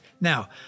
Now